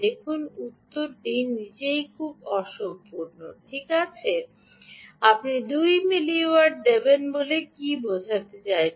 দেখুন উত্তরটি নিজেই খুব অসম্পূর্ণ ঠিক আপনি 2 মিলিওয়াট দেবেন বলে কি বোঝাতে চাইছেন